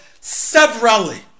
severally